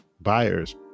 buyers